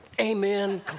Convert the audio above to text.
amen